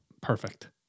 perfect